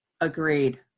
Agreed